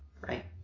right